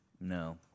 No